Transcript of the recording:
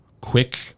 quick